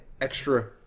extra